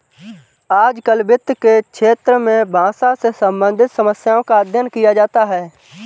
आजकल वित्त के क्षेत्र में भाषा से सम्बन्धित समस्याओं का अध्ययन किया जाता है